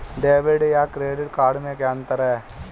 Debit या credit card में क्या अन्तर है?